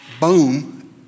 boom